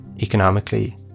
economically